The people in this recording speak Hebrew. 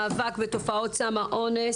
אני פותחת את הישיבה במאבק בתופעות סם האונס,